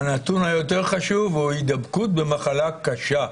הנתון היותר חשוב הוא הידבקות במחלה קשה.